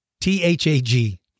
T-H-A-G